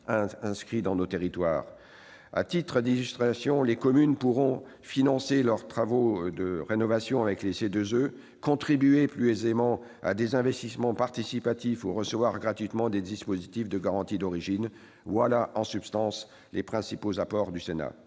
au coeur de nos territoires. Par exemple, les communes pourront financer leurs travaux de rénovation avec des CEE, contribuer plus aisément à des investissements participatifs et recevoir gratuitement des dispositifs de garantie d'origine. Tels sont, en substance, les principaux apports du Sénat